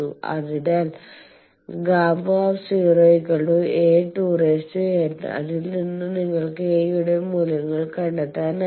അതിനാൽ Γ A 2N അതിൽ നിന്ന് നിങ്ങൾക്ക് A യുടെ മൂല്യങ്ങൾ കണ്ടെത്താനാകും